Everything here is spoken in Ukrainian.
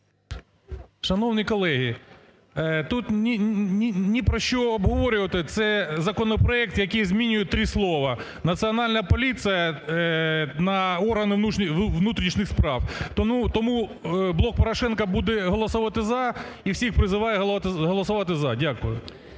Шановні колеги. Тут ні про що обговорювати. Це законопроект, який змінює три слова "Національна поліція" на "органи внутрішніх справ". Тому "Блок Порошенка" буде голосувати за і всіх призиває голосувати "за". Дякую.